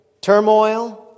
turmoil